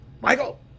Michael